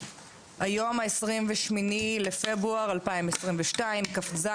היום ה-28 בפברואר 2022, כ"ז